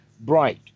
bright